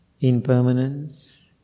impermanence